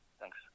Thanks